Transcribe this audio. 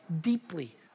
deeply